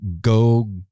go